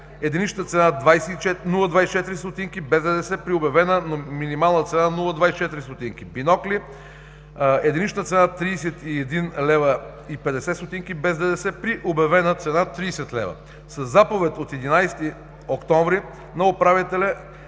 единична цена 0,24 лв. без ДДС, при обявена минимална цена 0,24 лв.; бинокли единична цена 31,50 лв. без ДДС, при обявена цена 30 лв. Със заповед от 11 октомври на управителя